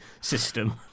system